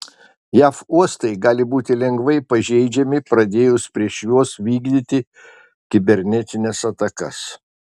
jav uostai gali būti lengvai pažeidžiami pradėjus prieš juos vykdyti kibernetines atakas